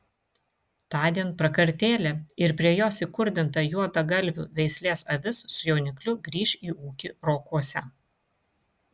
tądien prakartėlė ir prie jos įkurdinta juodagalvių veislės avis su jaunikliu grįš į ūkį rokuose